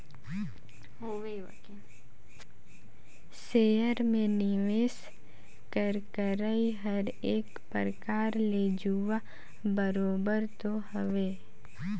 share में निवेस कर करई हर एक परकार ले जुआ बरोबेर तो हवे